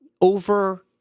over